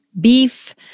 beef